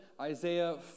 Isaiah